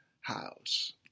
house